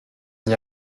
n’y